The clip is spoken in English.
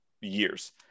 years